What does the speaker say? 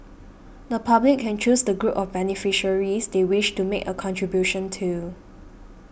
the public can choose the group of beneficiaries they wish to make a contribution to